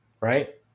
Right